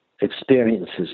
experiences